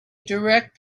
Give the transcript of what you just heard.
direct